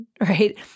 right